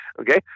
okay